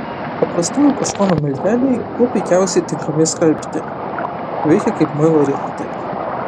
paprastųjų kaštonų milteliai kuo puikiausiai tinkami skalbti veikia kaip muilo riešutai